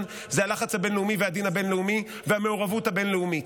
זה הלחץ הבין-לאומי והדין הבין-לאומי והמעורבות הבין-לאומית.